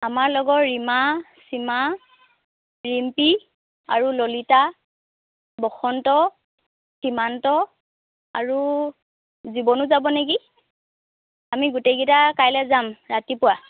আমাৰ লগৰ ৰীমা সীমা ৰিম্পী আৰু ললিতা বসন্ত সীমান্ত আৰু জীৱনো যাব নেকি আমি গোটেইকেইটা কাইলৈ যাম ৰাতিপুৱা